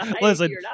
Listen